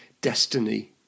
destiny